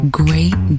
great